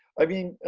i mean,